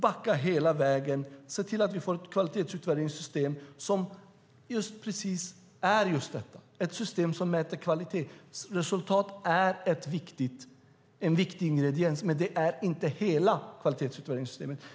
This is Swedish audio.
Backa hela vägen och se till att vi får ett kvalitetsutvärderingssystem som är just detta, ett system som mäter kvalitet. Resultat är en viktig ingrediens, men det är inte hela kvalitetsutvärderingssystemet.